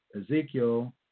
Ezekiel